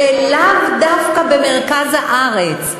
ולאו דווקא במרכז הארץ.